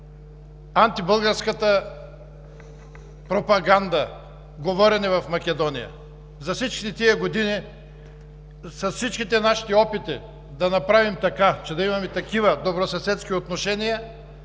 антибългарската пропаганда, говорене в Македония. За всичките тези години и с всичките наши опити да направим така, че да имаме добросъседски отношения,